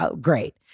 great